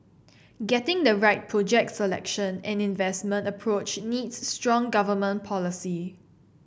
getting the right project selection and investment approach needs strong government policy